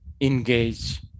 engage